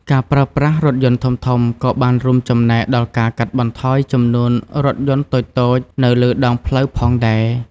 ការប្រើប្រាស់រថយន្តធំៗក៏បានរួមចំណែកដល់ការកាត់បន្ថយចំនួនរថយន្តតូចៗនៅលើដងផ្លូវផងដែរ។